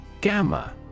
Gamma